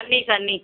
सन्ही सन्ही